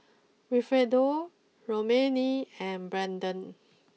Wilfredo Romaine and Brayden